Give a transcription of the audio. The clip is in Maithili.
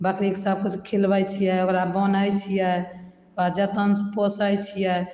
बकरीके सबकिछु खिलबै छिए ओकरा बान्है छिए ओकरा जतनसे पोसै छिए